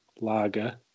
Lager